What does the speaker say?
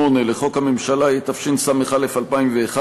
9(א)(8) לחוק הממשלה, התשס"א 2001,